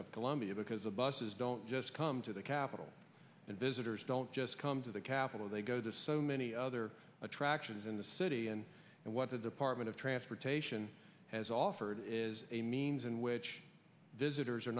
of columbia because the buses don't just come to the capitol and visitors don't just come to the capitol they go to so many other attractions in the city and and what the department of transportation has offered is a means in which visitors